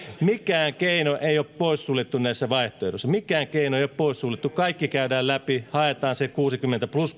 mikään keino ei ole poissuljettu näissä vaihtoehdoissa mikään keino ei ole poissuljettu kaikki käydään läpi haetaan se plus